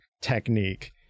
technique